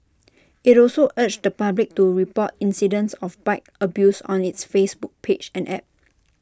IT also urged the public to report incidents of bike abuse on its Facebook page and app